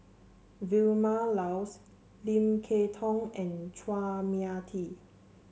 Vilma Laus Lim Kay Tong and Chua Mia Tee